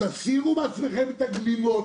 תסירו מעצמכם את הגלימות,